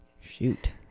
Shoot